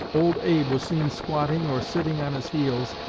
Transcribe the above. old abe was seen squatting, or sitting on his heels,